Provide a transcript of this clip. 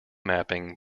mapping